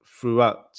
throughout